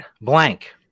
blank